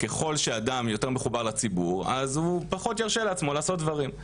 ככל שאדם יותר מחובר לציבור אז הוא פחות ירשה לעצמו לעשות דברים,